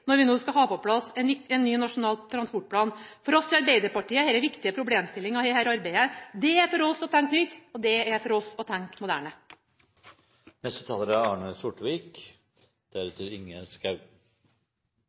når vi nå skal ha på plass en ny Nasjonal transportplan. For oss i Arbeiderpartiet er dette viktige problemstillinger i dette arbeidet. Det er for oss å tenke nytt, og det er for oss å tenke moderne. Representanten Susanne Bratli har tatt opp det forslaget hun refererte til. God transportinfrastruktur er